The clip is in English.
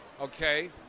Okay